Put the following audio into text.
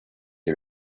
est